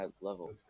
level